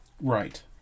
Right